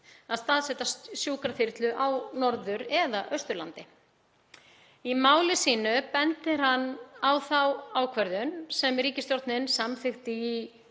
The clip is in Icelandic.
að staðsetja sjúkraþyrlu á Norðurlandi eða Austurlandi. Í máli sínu bendir hann á þá ákvörðun sem ríkisstjórnin tók í